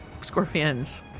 scorpions